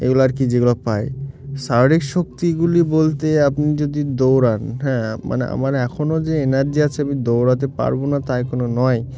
এগুলো আর কি যেগুলো পাই শারীরিক শক্তিগুলি বলতে আপনি যদি দৌড়ান হ্যাঁ মানে আমার এখনও যে এনার্জি আছে আমি দৌড়াতে পারবো না তাই কোনো নয়